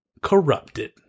corrupted